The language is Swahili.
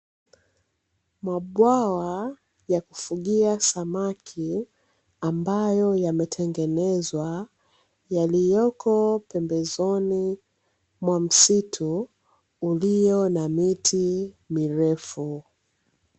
Mabwawa ya kufugia samaki ambayo yametengenezwa, yaliyopo pembezoni mwa msitu uliyo na miti mirefu.